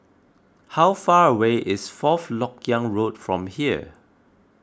how far away is Fourth Lok Yang Road from here